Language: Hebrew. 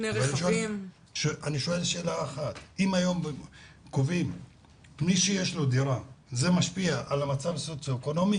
אם קובעים למשל שהיום מי שיש לו דירה זה משפיע על המצב הסוציו-אקונומי,